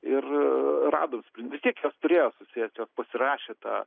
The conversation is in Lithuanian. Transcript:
ir radom spren vis tiek jos turėjo susėst jos pasirašė tą